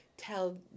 tell